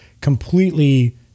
completely